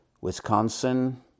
Wisconsin